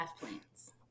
plants